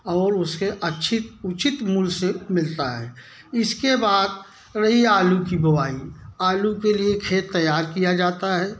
और उसकी अच्छी उचित मूल से मिलता है इसके बाद रही आलू की बुवाई आलू के लिए खेत तैयार किया जाता है